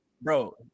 bro